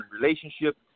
relationship